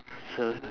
so